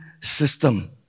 system